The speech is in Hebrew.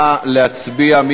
נא להצביע.